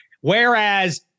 Whereas